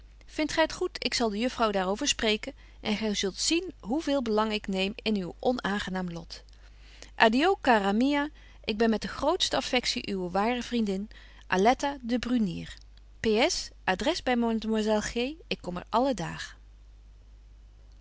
vindt gy t goed ik zal de juffrouw daar over spreken en gy zult zien hoe betje wolff en aagje deken historie van mejuffrouw sara burgerhart veel belang ik neem in uw onaangenaam lot adio cara mia ik ben met de grootste affectie uwe ware vriendin ps adres by mademoiselle g ik kom er alle